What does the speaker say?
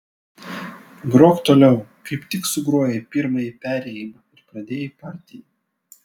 grok toliau kaip tik sugrojai pirmąjį perėjimą ir pradėjai partiją